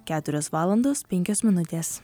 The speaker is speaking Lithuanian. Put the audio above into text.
keturios valandos penkios minutės